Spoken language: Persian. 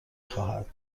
خواهد